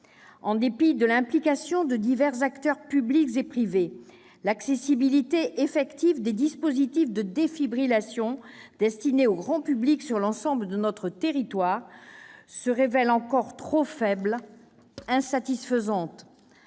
En dépit de l'implication de divers acteurs publics et privés, l'accessibilité effective des dispositifs de défibrillation destinés au grand public sur l'ensemble de notre territoire se révèle encore trop faible, insatisfaisante.